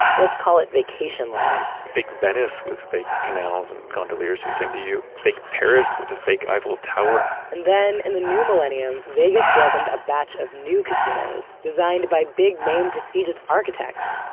let's call it vacation land fake venice with fake canals and gondoliers who sing to you. fake paris with the fake eiffel tower and then in the new millennium, vegas welcomed a batch of new casinos designed by big name, prestigious architects.